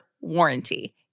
warranty